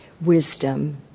wisdom